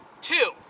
Two